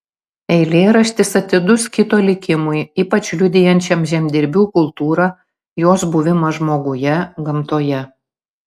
eilėraštis atidus kito likimui ypač liudijančiam žemdirbių kultūrą jos buvimą žmoguje gamtoje